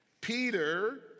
Peter